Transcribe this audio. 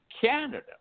Canada